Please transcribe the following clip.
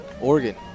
Oregon